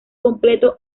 completo